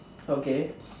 okay